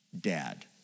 Dad